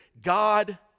God